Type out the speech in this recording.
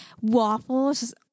waffles